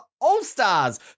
All-Stars